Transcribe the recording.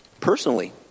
personally